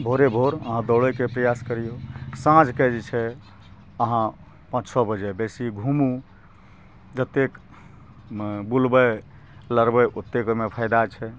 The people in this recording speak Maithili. भोरे भोर अहाँ दौड़यके प्रयास करियौ साँझके जे छै अहाँ पाँच छओ बजे बेसी घूमू जतेक बूलबै लगबै ओतेक ओहिमे फायदा छै